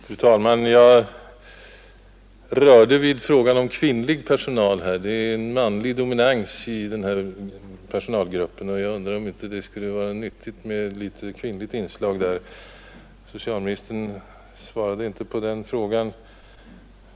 Fru talman! Jag berörde frågan om kvinnlig personal. Det är en manlig dominans i denna personalgrupp, och jag undrar om det inte skulle vara nyttigt med ett visst kvinnligt inslag i denna grupp. Socialministern svarade dock inte på den frågan.